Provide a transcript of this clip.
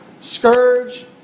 scourge